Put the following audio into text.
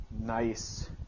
nice